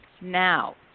now